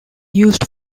used